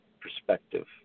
perspective